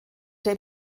der